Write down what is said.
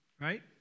right